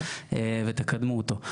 ואתם תקדמו אותו.